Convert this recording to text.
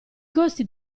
costi